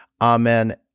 amen